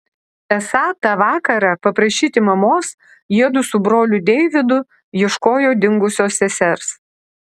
esą tą vakarą paprašyti mamos jiedu su broliu deividu ieškojo dingusios sesers